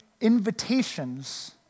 invitations